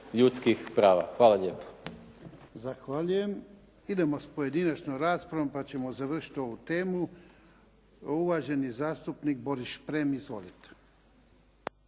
ljudskih prava. Hvala lijepo.